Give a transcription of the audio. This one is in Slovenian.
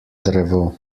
drevo